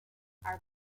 are